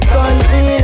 Country